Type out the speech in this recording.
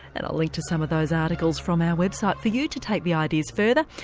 and i'll link to some of those articles from our website for you to take the ideas further.